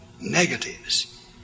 negatives